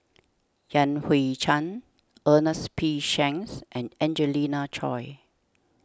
Yan Hui Chang Ernest P Shanks and Angelina Choy